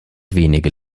wenige